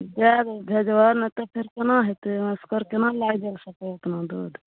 जार उर भेजबऽ ने तऽ फेर कोना हेतय एसकर केना लए जा सकबय ओतना दूध